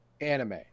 anime